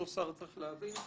אותו שר צריך להבין,